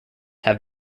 have